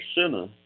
center